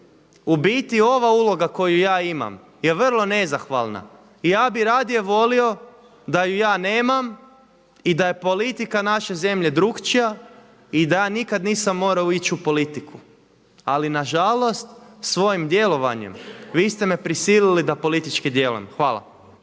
u biti ova uloga koju ja imam je vrlo nezahvalna i ja bih radije volio da ju ja nemam i da je politika naše zemlje drukčija i da ja nikad nisam morao ići u politiku. Ali na žalost svojim djelovanjem vi ste me prisilili da politički djelujem. Hvala.